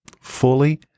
fully